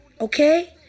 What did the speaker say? okay